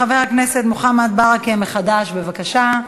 חבר הכנסת מוחמד ברכה מחד"ש, בבקשה.